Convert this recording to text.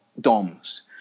doms